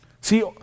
See